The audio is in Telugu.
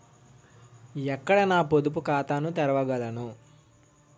ఎక్కడ నా పొదుపు ఖాతాను తెరవగలను?